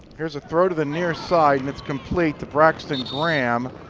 here's a throw to the nearest side and it's complete to braxton graham.